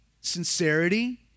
sincerity